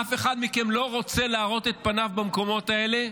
אף אחד מכם לא רוצה להראות את פניו במקומות האלה,